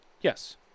Yes